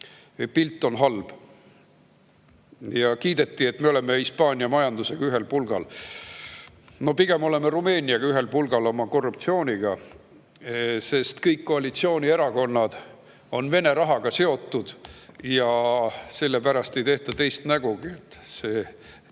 Pilt on halb. Kiideti, et me oleme Hispaania majandusega ühel pulgal. Pigem oleme Rumeeniaga ühel pulgal oma korruptsiooni mõttes, sest kõik koalitsioonierakonnad on Vene rahaga seotud ja ei tehta teist nägugi. Pidime